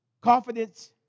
Confidence